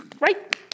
Right